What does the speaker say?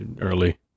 early